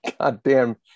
goddamn